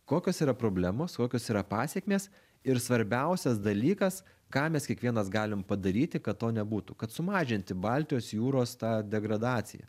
kokios yra problemos kokios yra pasekmės ir svarbiausias dalykas ką mes kiekvienas galim padaryti kad to nebūtų kad sumažinti baltijos jūros tą degradaciją